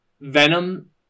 Venom